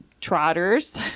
trotters